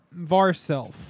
Varself